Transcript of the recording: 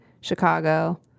Chicago